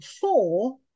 four